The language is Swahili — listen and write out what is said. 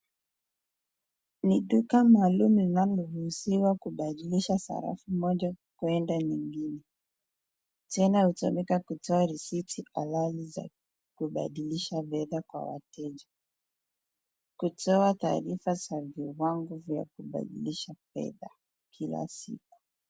Ni duka maalum linaloruhusiwa kubadilisha sarafu moja kwenda nyengine. Tena hutumika kutoa risiti halali za kubadilisha fedha kwa wateja. Kutoa taarifa za viwango vya kubadilisha fedha, kila siku.